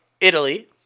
Italy